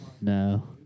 No